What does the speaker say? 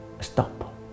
stop